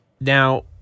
Now